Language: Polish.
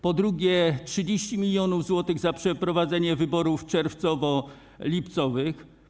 Po drugie, 30 mln zł za przeprowadzenie wyborów czerwcowo-lipcowych.